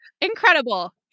Incredible